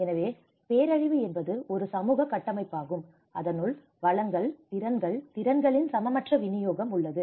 எனவே பேரழிவு என்பது ஒரு சமூக கட்டமைப்பாகும் அதனுள் வளங்கள் திறன்கள் திறன்களின் சமமற்ற விநியோகம் உள்ளது